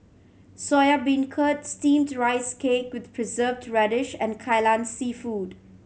Soya Beancurd Steamed Rice Cake with Preserved Radish and Kai Lan Seafood